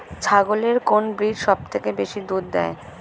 ছাগলের কোন ব্রিড সবথেকে বেশি দুধ দেয়?